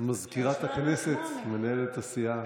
מזכירת הכנסת, מנהלת הסיעה.